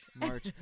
March